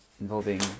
Involving